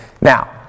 Now